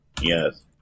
Yes